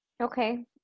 Okay